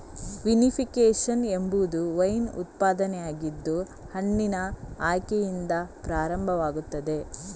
vinification ಎಂಬುದು wine ಉತ್ಪಾದನೆಯಾಗಿದ್ದು ಹಣ್ಣಿನ ಆಯ್ಕೆಯಿಂದ ಪ್ರಾರಂಭವಾಗುತ್ತದೆ